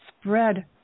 spread